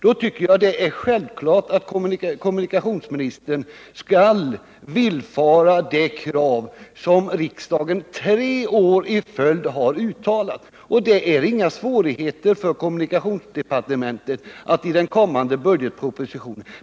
Då tycker jag det är självklart att kommunikationsministern skall uppfylla det krav som riksdagen tre år i följd har uttalat, och det är inga svårigheter för kommunikationsdepartementet att göra det i den kommande budgetpropositionen.